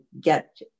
get